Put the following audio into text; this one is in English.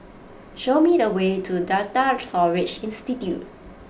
show me the way to Data Storage Institute